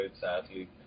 sadly